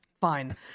fine